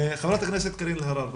ח"כ קארין אלהרר בבקשה.